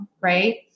right